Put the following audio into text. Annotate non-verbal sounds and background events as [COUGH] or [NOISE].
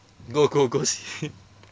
go go go see [LAUGHS]